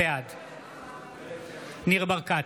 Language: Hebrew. בעד ניר ברקת,